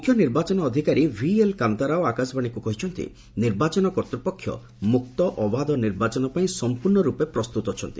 ମୁଖ୍ୟନିର୍ବାଚନ ଅଧିକାରୀ ଭିଏଲ୍ କାନ୍ତାରାଓ ଆକାଶବାଣୀକୁ କହିଛନ୍ତି ନିର୍ବାଚନ କର୍ତ୍ତୃପକ୍ଷ ମୁକ୍ତ ଅବାଧ ନିର୍ବାଚନ ପାଇଁ ସଂପୂର୍ଣ୍ଣ ରୂପେ ପ୍ରସ୍ତୁତ ଅଛି